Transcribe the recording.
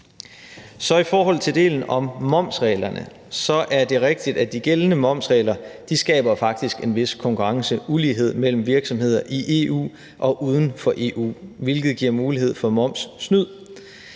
i forhold til delen om momsreglerne er det rigtigt, at de gældende momsregler faktisk skaber en vis konkurrenceulighed mellem virksomheder i EU og uden for EU, hvilket giver mulighed for momssnyd.